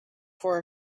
for